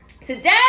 Today